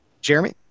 Jeremy